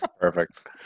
Perfect